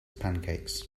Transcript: pancakes